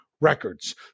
records